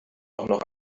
noch